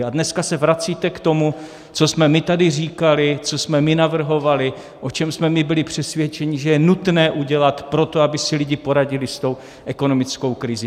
A dneska se vracíte k tomu, co jsme my tady říkali, co jsme my navrhovali, o čem jsme my byli přesvědčeni, že je nutné udělat pro to, aby si lidé poradili s tou ekonomickou krizí.